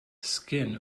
skin